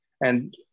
And-